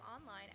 online